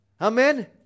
Amen